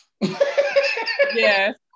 yes